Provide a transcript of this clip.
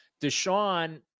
Deshaun